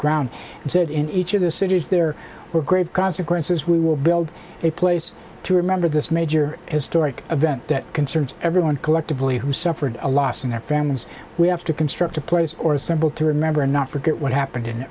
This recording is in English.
ground and said in each of the cities there were grave consequences we will build a place to remember this major historic event that concerns everyone collectively who suffered a loss and their families we have to construct a place or a symbol to remember and not forget what happened in